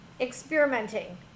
experimenting